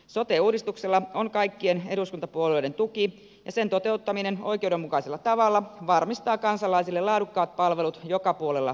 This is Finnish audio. sote uudistuksella on kaikkien eduskuntapuolueiden tuki ja sen toteuttaminen oikeudenmukaisella tavalla varmistaa kansalaisille laadukkaat palvelut joka puolella suomea